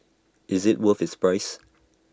is IT worth its price